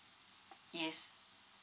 yes